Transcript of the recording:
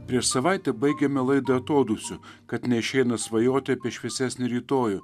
prieš savaitę baigėme laidą atodūsiu kad neišeina svajoti apie šviesesnį rytojų